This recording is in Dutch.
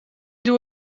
doe